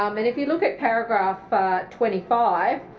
um and if you look at paragraph twenty five,